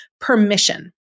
permission